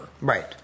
Right